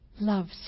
loves